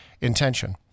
intention